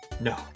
No